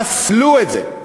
פסלו את זה.